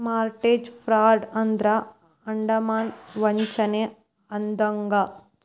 mortgage fraud ಅಂದ್ರ ಅಡಮಾನ ವಂಚನೆ ಅಂದಂಗ